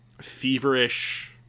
feverish